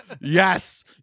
Yes